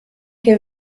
che